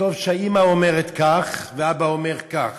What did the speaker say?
נכתוב שהאימא אומרת כך והאבא אומר כך,